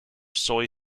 soy